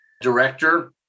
director